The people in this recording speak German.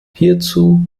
hierzu